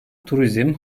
turizm